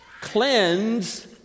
cleanse